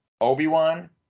obi-wan